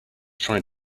trying